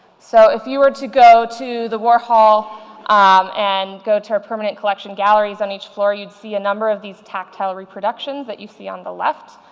so if you were to go to the warhol and go to a permanent collection galleries on each floor, you'd see a number of these tactile reproductions that you see on the left.